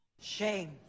Shame